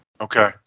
okay